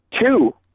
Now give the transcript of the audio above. Two